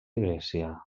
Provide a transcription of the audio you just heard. grècia